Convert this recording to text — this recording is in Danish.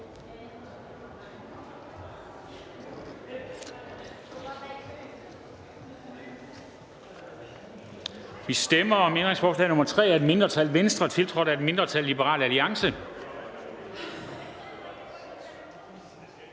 Der stemmes om ændringsforslag nr. 3 af et mindretal (V), som er tiltrådt af et mindretal (LA).